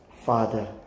father